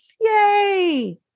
Yay